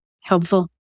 helpful